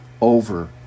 over